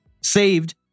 Saved